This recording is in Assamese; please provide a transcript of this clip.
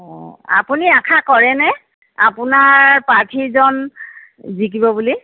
অঁ আপুনি আশা কৰেনে আপোনাৰ প্ৰাৰ্থীজন জিকিব বুলি